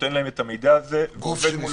שנותן להן את המידע הזה ועובד מולן.